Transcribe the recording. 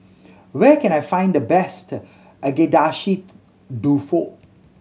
where can I find the best Agedashi Dofu